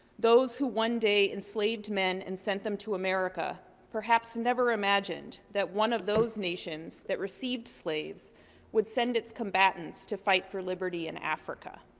those who one day enslaved men and send them to america perhaps never imagined that one of those nations that received slaves would send its combatants to fight for liberty in africa.